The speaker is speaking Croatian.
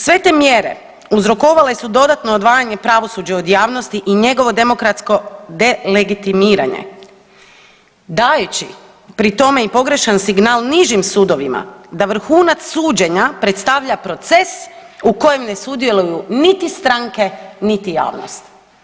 Sve te mjere uzrokovale su dodatno odvajanje pravosuđa od javnosti i njegovo demokratsko delegitimiranje dajući pri tome i pogrešan signal nižim sudovima da vrhunac suđenja predstavlja proces u kojem ne sudjeluju niti stranke, niti javnost.